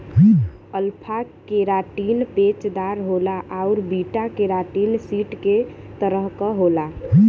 alpha keratin पेचदार होला आउर बीटा केराटिन सीट के तरह क होला